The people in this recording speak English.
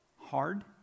hard